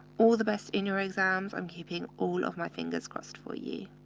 all the best in your exams. i'm keeping all of my fingers crossed for you.